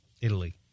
Italy